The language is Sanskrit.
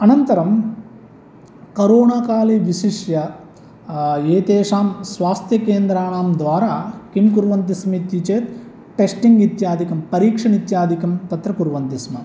अनन्तरं करोनाकाले विशिष्य एतेषां स्वास्थ्यकेन्द्राणां द्वारा किं कुर्वन्ति स्म इति चेत् टेस्टिङ्ग् इत्यादिकं परीक्षणम् इत्यादिकं तत्र कुर्वन्ति स्म